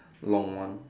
long one